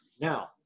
Now